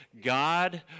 God